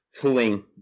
pulling